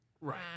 Right